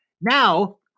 Now